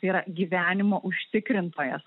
yra gyvenimo užtikrintojas